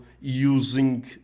using